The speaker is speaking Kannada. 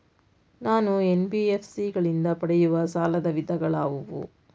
ನಾನು ಎನ್.ಬಿ.ಎಫ್.ಸಿ ಗಳಿಂದ ಪಡೆಯುವ ಸಾಲದ ವಿಧಗಳಾವುವು?